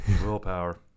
Willpower